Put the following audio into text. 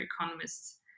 economists